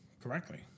correctly